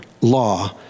law